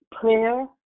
prayer